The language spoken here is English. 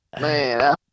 Man